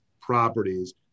properties